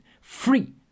Free